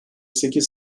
sekiz